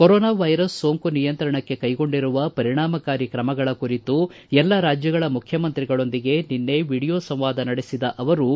corona virus ಸೋಂಕು ನಿಯಂತ್ರಣಕ್ಕೆ ಕೈಗೊಂಡಿರುವ ಪರಿಣಾಮಕಾರಿ ತ್ರಮಗಳ ಕುರಿತು ಎಲ್ಲ ರಾಜ್ಯಗಳ ಮುಖ್ಯಮಂತ್ರಿಗಳೊಂದಿಗೆ ನಿನ್ನೆ ವಿಡಿಯೋ ಸಂವಾದ ನಡೆಸಿದ ಅವರು